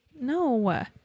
No